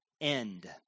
end